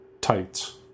tights